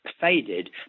faded